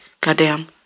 goddamn